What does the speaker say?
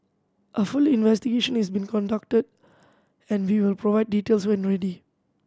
a full investigation is being conducted and we will provide details when ready